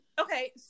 Okay